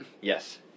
Yes